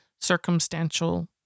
circumstantial